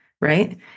right